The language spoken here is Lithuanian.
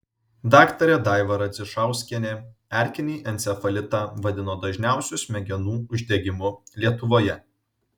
daktarė daiva radzišauskienė erkinį encefalitą vadino dažniausiu smegenų uždegimu lietuvoje